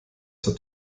zur